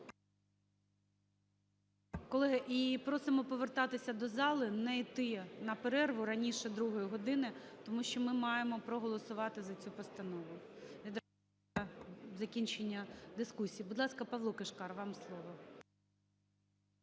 Колеги, і просимо повертатися до зали, не йти на перерву раніше другої години, тому що ми маємо проголосувати за цю постанову, для закінчення дискусії. Будь ласка, ПавлоКишкар, вам слово.